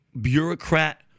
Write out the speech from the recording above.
bureaucrat